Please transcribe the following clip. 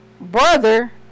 brother